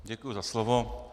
Děkuju za slovo.